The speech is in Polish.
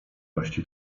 ności